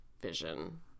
vision